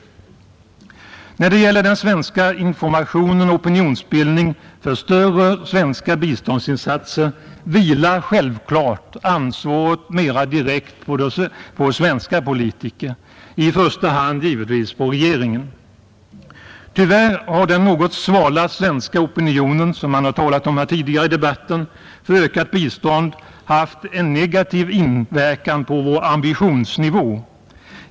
När det gäller den svenska informationen och opinionsbildningen för större svenska biståndsinsatser vilar självfallet ansvaret mera direkt på svenska politiker, i första hand givetvis på regeringen. Tyvärr har den något svala svenska opinionen — som man har talat om här tidigare i debatten — för ökat bistånd haft en negativ inverkan på vår ambitionsnivå.